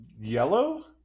yellow